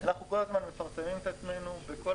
אנחנו כל הזמן מפרסמים את עצמנו בכל